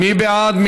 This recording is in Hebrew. מי בעד?